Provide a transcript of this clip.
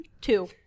two